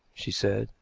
she said.